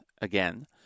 again